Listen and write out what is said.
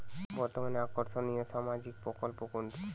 বর্তমানে আকর্ষনিয় সামাজিক প্রকল্প কোনটি?